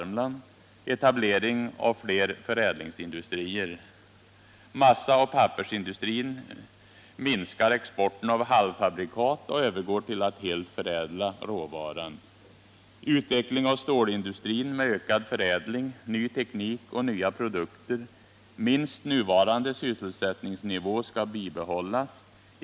Massaoch pappersindustrin minskar exporten av halvfabrikat och övergår till att helt förädla råvaran. Utveckling av stålindustrin med ökad förädling, ny teknik och nya produkter. Minst nuvarande sysselsättningsnivå skall bibehållas.